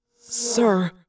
Sir